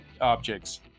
objects